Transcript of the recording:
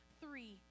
three